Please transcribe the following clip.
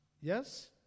Yes